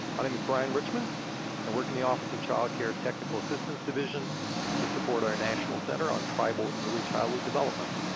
my name is brian richmond and i work in the office of child care technical assistance division to support our national center on tribal early childhood development.